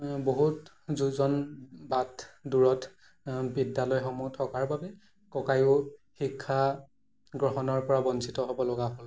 বহুত যোজন বাট দূৰত বিদ্যালয়সমূহ থকাৰ বাবে ককায়ো শিক্ষা গ্ৰহণৰ পৰা বঞ্চিত হ'বলগা হ'ল